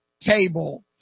table